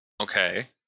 Okay